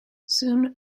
soon